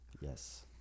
Yes